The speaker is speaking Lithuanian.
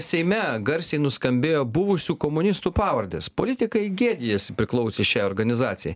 seime garsiai nuskambėjo buvusių komunistų pavardės politikai gėdijasi priklausę šiai organizacijai